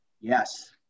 yes